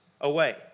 away